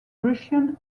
russian